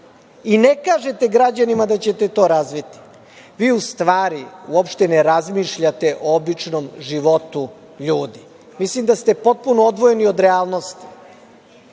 Ne kažete građanima da ćete to razviti. Vi u stvari uopšte ne razmišljate o običnom životu ljudi. Mislim da ste potpuno odvojeni od realnosti.